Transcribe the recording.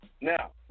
Now